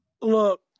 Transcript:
Look